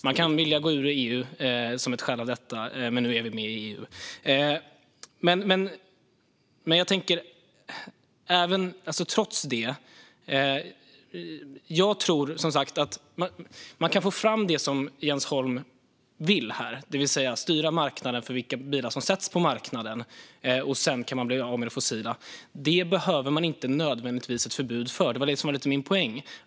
Man kan vilja gå ur EU med detta som skäl, men nu är vi med i EU. Man kan få fram det som Jens Holm vill, det vill säga styra vilka bilar som kommer ut på marknaden, och sedan kan man bli av med det fossila. Det behöver man inte nödvändigtvis ett förbud för, och det var lite det som var min poäng.